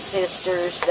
sisters